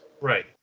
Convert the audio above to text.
right